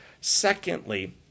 Secondly